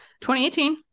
2018